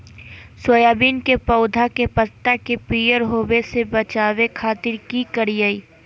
Soybean के पौधा के पत्ता के पियर होबे से बचावे खातिर की करिअई?